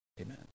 Amen